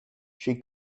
she